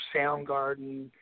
Soundgarden